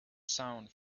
sound